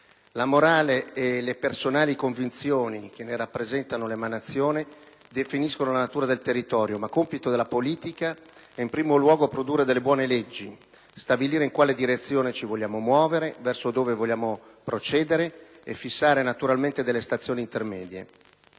La morale, e le personali convinzioni che ne rappresentano l'emanazione, definiscono la natura del territorio; ma compito della politica è in primo luogo produrre delle buone leggi, stabilire in quale direzione ci vogliamo muovere, verso dove vogliamo procedere, e fissare, naturalmente, delle stazioni intermedie.